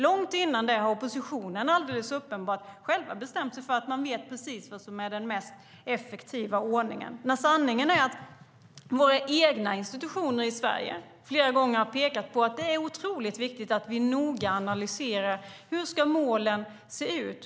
Långt innan den analysen hade oppositionen alldeles uppenbart bestämt sig för att den vet precis vad som är den mest effektiva ordningen. Men sanningen är att våra egna institutioner i Sverige flera gånger har pekat på att det är otroligt viktigt att vi noga analyserar hur målen ska se ut.